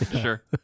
Sure